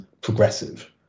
progressive